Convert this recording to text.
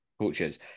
coaches